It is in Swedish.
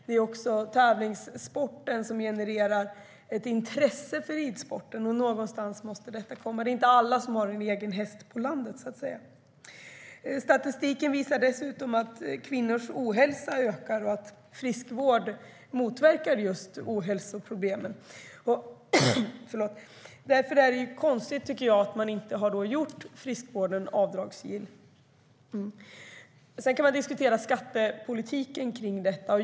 Det är också en tävlingssport, något som genererar ett intresse för ridsporten, och någonstans måste det kunna utövas. Alla har inte en egen häst på landet. Sedan kan man diskutera skattepolitiken kring detta.